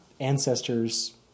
ancestors